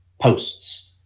posts